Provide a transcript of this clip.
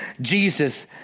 Jesus